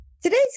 Today's